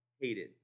hated